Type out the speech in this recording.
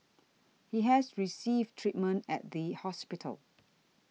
he has received treatment at the hospital